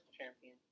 champion